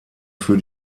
für